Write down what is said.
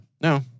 No